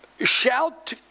shout